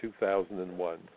2001